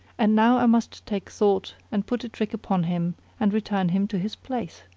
and now i must take thought and put a trick upon him and return him to his place,